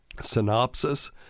synopsis